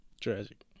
Tragic